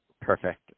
perfect